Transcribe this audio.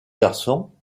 garçon